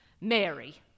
Mary